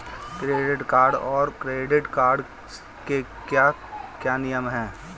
Debit card और credit card के क्या क्या नियम हैं?